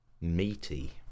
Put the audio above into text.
Meaty